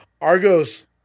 argo's